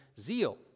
zeal